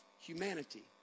humanity